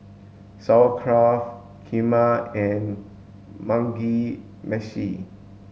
Sauerkraut Kheema and Mugi Meshi